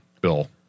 bill